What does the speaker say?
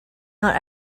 not